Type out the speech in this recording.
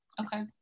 Okay